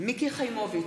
מיקי חיימוביץ'